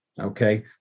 Okay